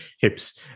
hips